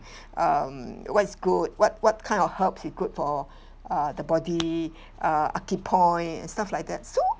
um what is good what what kind of herb is good for uh the body uh acupoint and stuff like that so